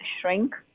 shrink